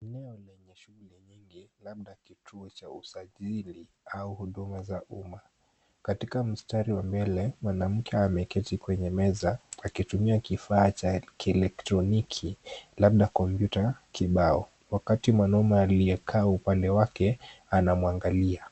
Eneo lenye shughuli nyingi, labda kituo cha usajili au huduma za uma. Katika mstari wa mbele, mwanamke ameketi kwenye meza akitumia kifaa cha kielektroniki labda computer kibao . Wakati mwanamume aliyekaa upande wake anamwangalia.